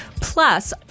Plus